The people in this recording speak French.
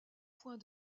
point